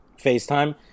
FaceTime